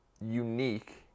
unique